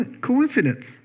coincidence